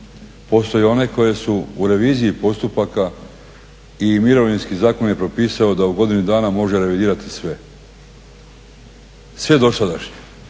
Postoji onaj koje su u reviziji postupaka i Mirovinski zakon je propisao da u godini dana može revidirati sve, sve dosadašnje.